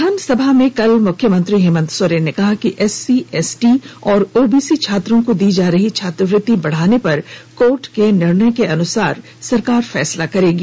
विधासभा में कल मुख्यमंत्री हेमंत सोरेन ने कहा कि एससी एसटी और ओबीसी छात्रों को दी जा रही छात्रवृत्ति बढ़ाने पर कोर्ट के निर्णय के अनुसार फैसला करेगी